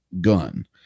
gun